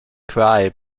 cry